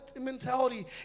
mentality